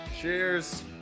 Cheers